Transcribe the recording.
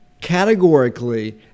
categorically